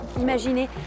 Imaginez